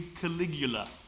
Caligula